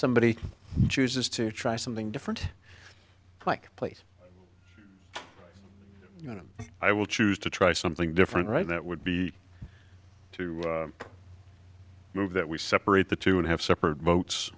somebody chooses to try something different like place you know i will choose to try something different right that would be to move that we separate the two and have separate